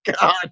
God